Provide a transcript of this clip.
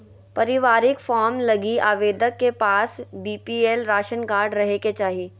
पारिवारिक फार्म लगी आवेदक के पास बीपीएल राशन कार्ड रहे के चाहि